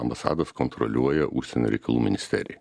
ambasadas kontroliuoja užsienio reikalų ministerija